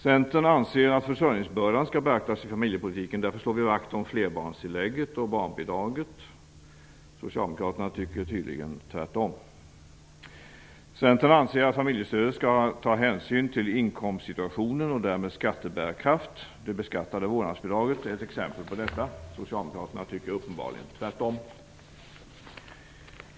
Centern anser att försörjningsbördan skall beaktas i familjepolitiken. Därför slår vi vakt om flerbarnstillägget och barnbidraget. Socialdemokraterna tycker tydligen tvärtom. Centern anser att familjestödet skall ta hänsyn till inkomstsituationen och därmed skattebärkraft. Det beskattade vårdnadsbidraget är ett exempel på detta. Socialdemokraterna tycker uppenbarligen tvärtom.